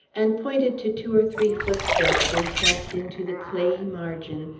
and pointed to two or three footsteps, impressed into the clayey margin,